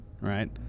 right